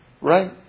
right